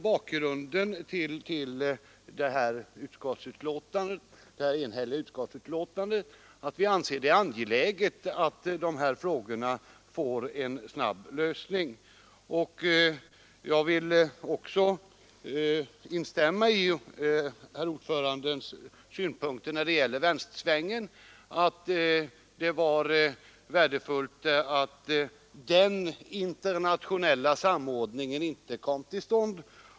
Bakgrunden till detta enhälliga utskottsbetänkande är alltså att vi anser att de här frågorna måste få en snabb lösning. Jag vill också instämma i utskottsordförandens synpunkter när det gäller vänstersvängen. Det var värdefullt att den internationella samordningen inte kom till stånd.